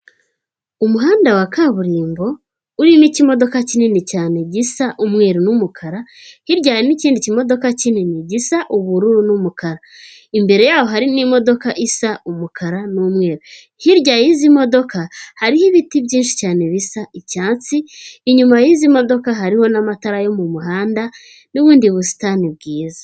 Umuhanda wa kaburimbo urimo ikimodoka kinini cyane gisa umweru n'umukara, hirya hari n'ikindi kimodoka kinini gisa ubururu n'umukara. Imbere yaho hari n'imodoka isa umukara n'umweru. Hirya y'izi modoka, hariho ibiti byinshi cyane bisa icyatsi, inyuma y'izi modoka hariho n'amatara yo mu muhanda n'ubundi busitani bwiza.